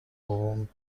بابام